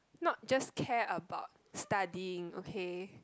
not just care about studying okay